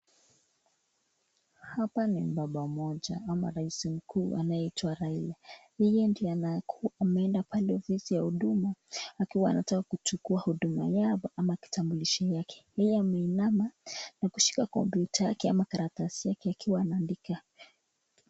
Hapa ni baba moja ama raisi mkuu anayeitwa raila yeye ndio amends pale ofisi ya hutuma akiwa anataka kuchuakuwa yake ama kitabulisho yake yeye ameinama ameshika computer ama karatazi yake akiwa anaandika.